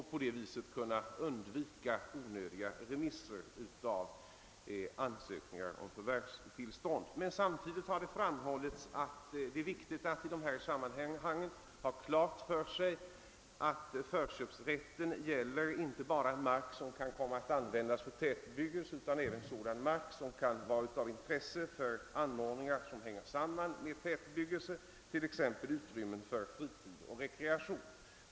På det viset skulle onödiga remisser av ansökningar om förvärvstillstånd kunna undvikas. Samtidigt har emellertid framhållits att det är viktigt att i detta sammanhang ha klart för sig att förköpsrätten inte bara gäller mark, som kan komma att användas för tätbebyggelse, utan även sådan mark, som kan vara av intresse för anordningar som hänger samman med tätbebyggelse, t.ex. utrymmen för fritid och rekreation.